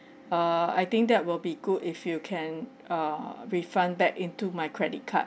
err I think that will be good if you can err refund back into my credit card